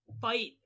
fight